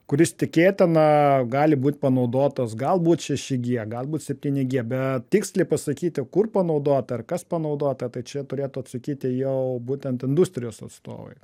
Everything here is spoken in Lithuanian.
kuris tikėtina gali būt panaudotos galbūt šeši gie galbūt septyni gie bet tiksliai pasakyti kur panaudota ar kas panaudota tai čia turėtų atsakyti jau būtent industrijos atstovai